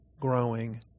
growing